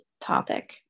topic